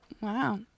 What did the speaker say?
Wow